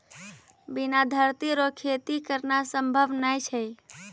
बिना धरती रो खेती करना संभव नै छै